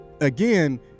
again